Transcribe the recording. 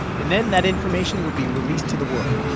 and then that information would be released to the world.